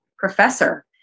professor